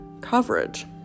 coverage